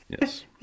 yes